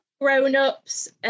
grown-ups